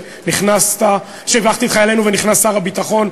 ונכנס שר הביטחון,